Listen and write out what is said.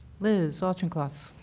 liz auchincloss,